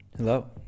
Hello